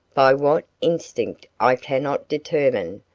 by what instinct i cannot determine,